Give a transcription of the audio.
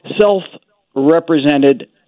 self-represented